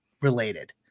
related